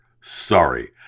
Sorry